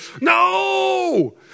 No